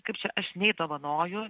kaip čia aš nei dovanoju